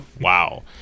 wow